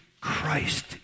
Christ